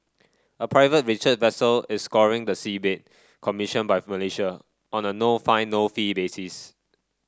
a private research vessel is scouring the seabed commissioned by Malaysia on a no find no fee basis